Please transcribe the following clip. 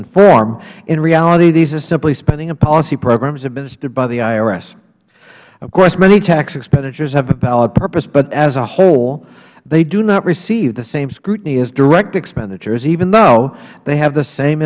in form in reality these are simply spending and policy programs administered by the irs of course many tax expenditures have a valid purpose but as a whole they do not receive the same scrutiny as direct expenditures even though they have the same